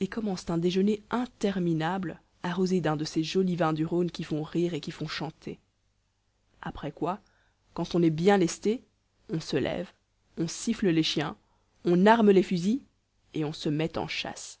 et commencent un déjeuner interminable arrosé d'un de ces jolis vins du rhône qui font rire et qui font chanter après quoi quand on est bien lesté on se lève on siffle les chiens on arme les fusils et on se met en chasse